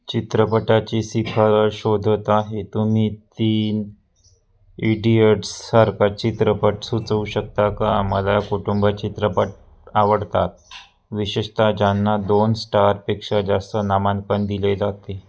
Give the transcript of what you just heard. चित्रपटाची शिफारस शोधत आहे तुम्ही तीन इडियट्ससारखा चित्रपट सुचवू शकता का आम्हाला कुटुंब चित्रपट आवडतात विशेषत ज्यांना दोन स्टारपेक्षा जास्त नामांकन दिले जाते